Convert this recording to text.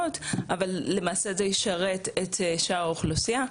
אבל למעשה זה ישרת את שאר האוכלוסייה.